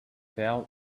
fell